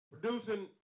producing